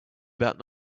about